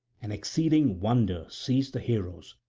and exceeding wonder seized the heroes,